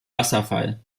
wasserfall